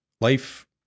Life